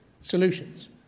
solutions